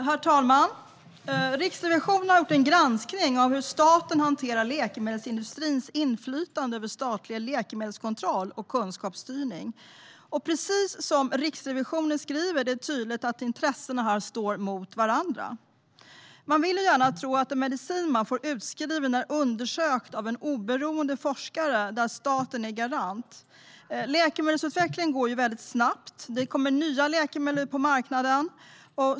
Herr talman! Riksrevisionen har gjort en granskning av hur staten hanterar läkemedelsindustrins inflytande över statlig läkemedelskontroll och kunskapsstyrning. Precis som Riksrevisionen skriver är det tydligt att intressen här står emot varandra. Man vill gärna tro att den medicin man får utskriven är undersökt av en oberoende forskare där staten är garant. Läkemedelsutvecklingen går väldigt snabbt. Det kommer ut nya läkemedel på marknaden.